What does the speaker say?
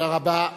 תודה רבה.